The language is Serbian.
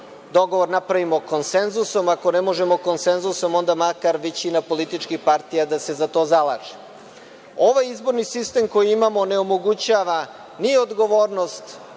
dogovor napravimo konsenzusom, ako ne možemo konsenzusom onda makar većina političkih partija da se za to zalaže. Ovaj izborni sistem koji imamo ne omogućava ni odgovornost